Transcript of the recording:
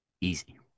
Easy